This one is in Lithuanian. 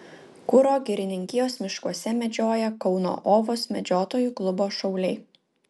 kuro girininkijos miškuose medžioja kauno ovos medžiotojų klubo šauliai